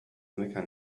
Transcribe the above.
mecca